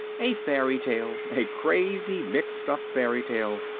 a fairy tale a crazy mixed-up fairy tale.